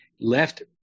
left